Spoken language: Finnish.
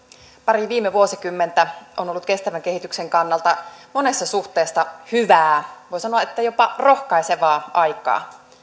pari viime vuosikymmentä on ollut kestävän kehityksen kannalta monessa suhteessa hyvää voi sanoa jopa rohkaisevaa aikaa